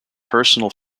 personal